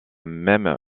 même